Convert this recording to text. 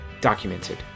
documented